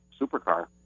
supercar